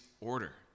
order